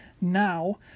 now